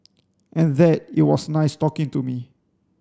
and that it was nice talking to me